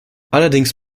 allerdings